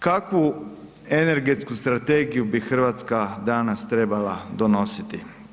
Kakvu energetsku strategiju bi Hrvatska danas trebala donositi?